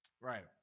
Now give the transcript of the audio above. right